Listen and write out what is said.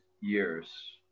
years